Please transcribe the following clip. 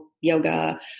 yoga